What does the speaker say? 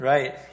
Right